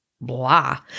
blah